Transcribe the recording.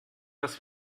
dass